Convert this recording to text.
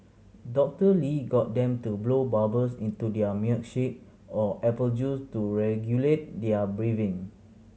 Doctor Lee got them to blow bubbles into their milkshake or apple juice to regulate their breathing